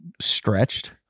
stretched